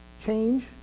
Change